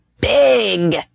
big